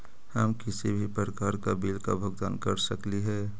हम किसी भी प्रकार का बिल का भुगतान कर सकली हे?